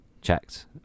checked